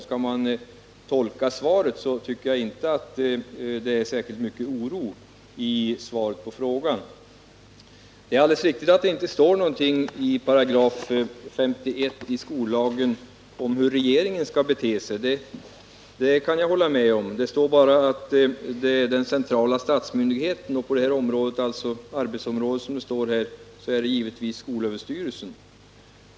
Skall jag tolka svaret på interpellationen tycker jag inte att det Nr 32 avspeglar särskilt stor oro. Det är riktigt att det inte står något i 51 §i skollagen om hur regeringen skall bete sig — det kan jag hålla med om. Det talas bara om den centrala statsmyndigheten på arbetsområdet, och i det här fallet är det givetvis skolöverstyrelsen.